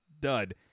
dud